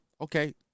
Okay